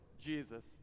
Jesus